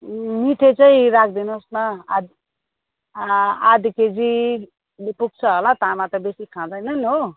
ए मिठे चाहिँ राखिदिनुहोस् न आधा आधी केजीले पुग्छ होला तामा त बेसी खाँदैनन् हो